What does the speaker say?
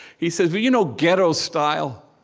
he says, well, you know, ghetto-style.